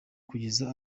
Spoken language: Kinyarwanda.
kugeza